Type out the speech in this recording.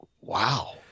wow